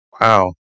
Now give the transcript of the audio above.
Wow